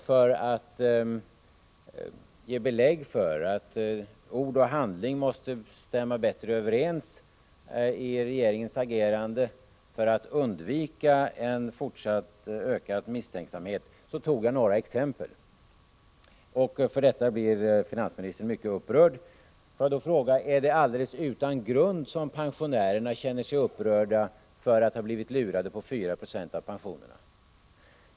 För att ge belägg för att ord och handling måste stämma bättre överens i regeringens agerande, för att undvika fortsatt ökad misstänksamhet, tog jag några exempel. För detta blev finansministern mycket upprörd. Låt mig då fråga: Är det alldeles utan grund som pensionärerna känner sig upprörda över att ha blivit lurade på 4 26 av pensionerna?